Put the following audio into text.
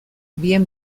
bien